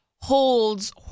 holds